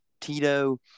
Tito